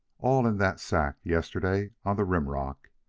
all in that sack, yesterday, on the rim-rock.